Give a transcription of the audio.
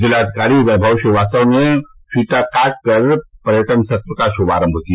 जिलाधिकारी वैभव श्रीवास्तव ने फीता काटकर पर्यटन सत्र का शुभारम्म किया